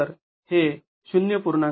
तर हे ०